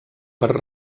per